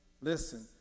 Listen